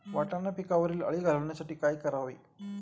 वाटाणा पिकावरील अळी घालवण्यासाठी काय करावे?